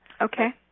Okay